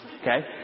Okay